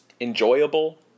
enjoyable